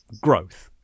growth